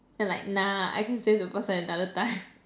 and like nah I can save the person another time